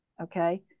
Okay